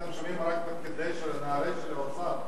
אתם שומעים רק את הפקידים, את נערי האוצר וזהו.